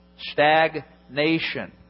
Stagnation